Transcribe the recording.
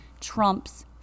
trumps